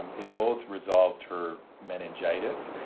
um it both resolved her meningitis,